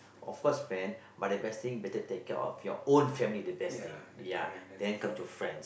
of course friend but the best thing better take care of your own family the best thing ya then come to friends